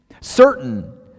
certain